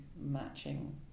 matching